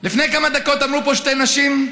לפני כמה דקות אמרו פה שתי נשים,